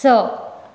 स